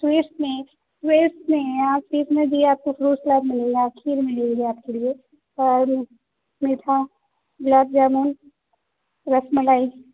sweets میں sweet میں آپ کے اس میں بھی آپ کو فروٹس لیب ملے گا آپ کھیر ملے گا آپ کے لیے اور میٹھا گلاب جامن رس ملائی